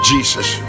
Jesus